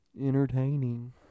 entertaining